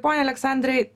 pone aleksandrai